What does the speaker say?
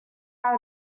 out